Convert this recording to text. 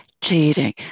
Cheating